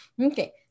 Okay